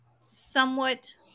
somewhat